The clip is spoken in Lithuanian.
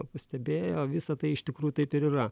pastebėjo visa tai iš tikrųjų taip ir yra